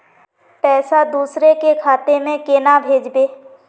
पैसा दूसरे के खाता में केना भेजबे?